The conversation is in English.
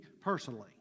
personally